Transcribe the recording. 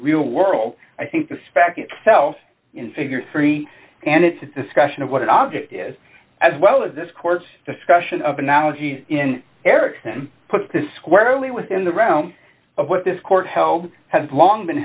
real world i think the spec itself in figure three and it's a discussion of what an object is as well as this court discussion of analogies in ericsson put to squarely within the realm of what this court held has long been